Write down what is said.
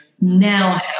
now